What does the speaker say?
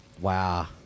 Wow